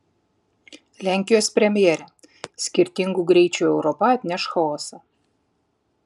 lenkijos premjerė skirtingų greičių europa atneš chaosą